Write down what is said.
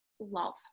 love